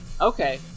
Okay